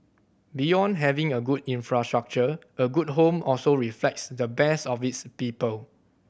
beyond having a good infrastructure a good home also reflects the best of its people